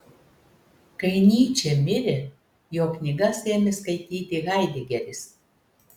kai nyčė mirė jo knygas ėmė skaityti haidegeris